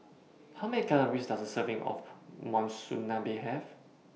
How Many Calories Does A Serving of Monsunabe Have